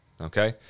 okay